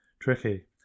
Tricky